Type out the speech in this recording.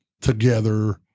together